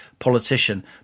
politician